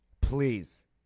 Please